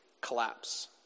collapse